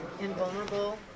invulnerable